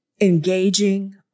engaging